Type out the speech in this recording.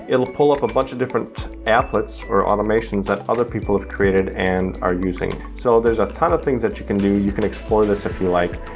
it'll pull up a bunch of different applets or automations that other people have created and are using. so there's a ton of things that you can do. you can explore this if you like.